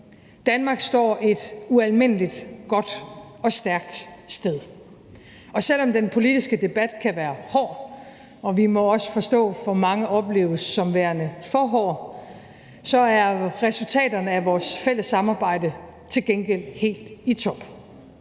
Danmark står et ualmindelig godt og stærkt sted. Selv om den politiske debat kan være hård og af mange opleves, må vi også forstå, som værende for hård, så er resultaterne af vores fælles samarbejde til gengæld helt i top.